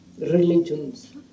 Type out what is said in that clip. religions